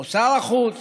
או שר החוץ